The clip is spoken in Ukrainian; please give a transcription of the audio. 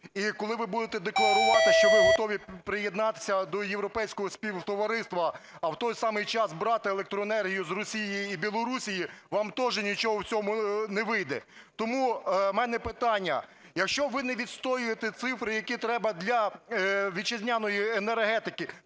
І коли ви будете декларувати, що ви готові приєднатися до Європейського співтовариства, а в той самий час брати електроенергію з Росії і Білорусі, вам теж нічого в цьому не вийде. Тому в мене питання. Якщо ви не відстоюєте цифри, які треба для вітчизняної енергетики,